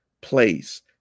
place